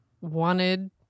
wanted